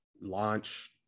launch